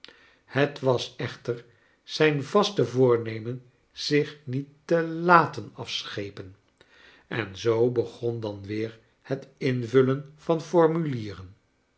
het was echter zijn vaste voornemen zich niet te laten afschepen en zoo begon dan weer het invullen van formulieren